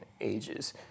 ages